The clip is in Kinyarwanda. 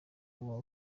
uba